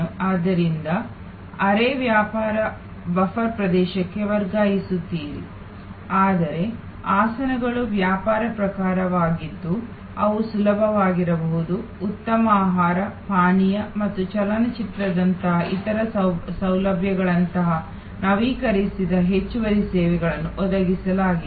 ಆದ್ದರಿಂದ ಅರೆ ವ್ಯಾಪಾರ ಬಫರ್ ಪ್ರದೇಶಕ್ಕೆ ವರ್ಗಾಯಿಸುತ್ತೀರಿ ಆದರೆ ಆಸನಗಳು ವ್ಯಾಪಾರ ಪ್ರಕಾರವಾಗಿದ್ದು ಅವು ಸುಲಭವಾಗಿರಬಹುದು ಉತ್ತಮ ಆಹಾರ ಪಾನೀಯ ಮತ್ತು ಚಲನಚಿತ್ರದಂತಹ ಇತರ ಸೌಲಭ್ಯಗಳಂತಹ ನವೀಕರಿಸಿದ ಹೆಚ್ಚುವರಿ ಸೇವೆಗಳನ್ನು ಒದಗಿಸಲಾಗಿದೆ